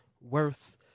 worth